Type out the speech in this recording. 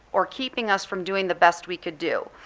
or keeping us from doing the best we could do.